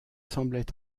semblaient